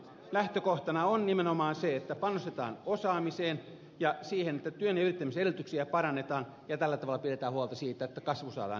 lähtökohtana on nimenomaan se että panostetaan osaamiseen ja siihen että työn ja yrittämisen edellytyksiä parannetaan ja tällä tavalla pidetään huolta siitä että kasvu saadaan käyntiin